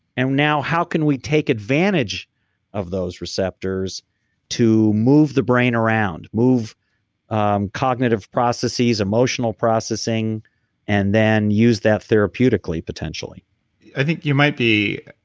and now how can we take advantage of those receptors to move the brain around, move um cognitive processes, emotional processing and then use that therapeutically potentially i think you might be.